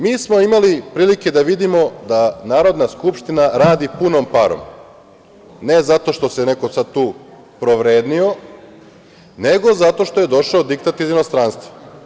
Mi smo imali prilike da vidimo da Narodna skupština radi punom parom, ne zato što se neko tu provrednio, nego zato što je došao diktat iz inostranstva.